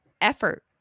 effort